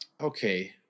Okay